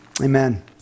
Amen